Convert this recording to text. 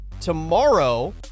tomorrow